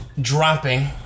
dropping